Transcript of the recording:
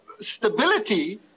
stability